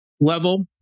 level